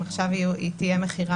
אם עכשיו תהיה מכירה,